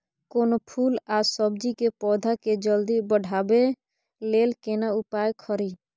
कोनो फूल आ सब्जी के पौधा के जल्दी बढ़ाबै लेल केना उपाय खरी?